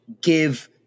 give